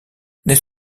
n’est